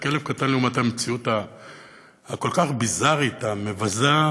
כלב קטן לעומת המציאות הכל-כך ביזארית, המבזה,